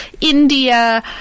India